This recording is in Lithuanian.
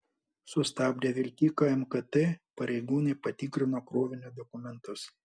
sustabdę vilkiką mkt pareigūnai patikrino krovinio dokumentus